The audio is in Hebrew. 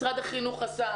משרד החינוך עשה,